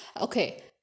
Okay